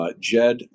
Jed